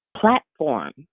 platform